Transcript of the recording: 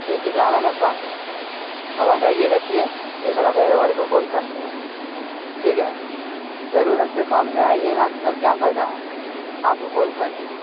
یہ کتنا غلط بات ہے اب ہٹائیے رکھیے دوسرا ڈریور کو کال کرتے ہیں ٹھیک ہے جرورت پہ کام نہیں آئیے گا تو تب کیا فائدہ ہے آپ کو کال کر کے